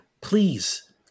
Please